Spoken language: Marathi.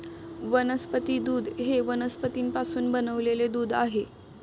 वनस्पती दूध हे वनस्पतींपासून बनविलेले दूध आहे